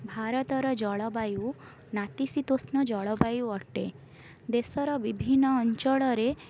ଭାରତର ଜଳବାୟୁ ନାତିଶୀତୋଷ୍ଣ ଜଳବାୟୁ ଅଟେ ଦେଶର ବିଭିନ୍ନ ଅଞ୍ଚଳରେ